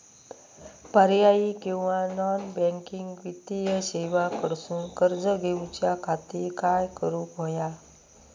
पर्यायी किंवा non banking वित्तीय सेवा कडसून कर्ज घेऊच्या खाती काय करुक होया?